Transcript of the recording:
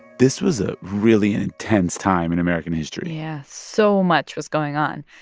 this was a really intense time in american history yeah, so much was going on.